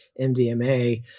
MDMA